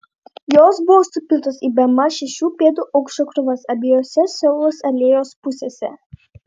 jos buvo supiltos į bemaž šešių pėdų aukščio krūvas abiejose siauros alėjos pusėse